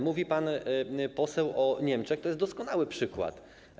Mówi pan poseł o Niemczech, to jest doskonały przykład.